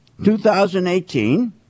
2018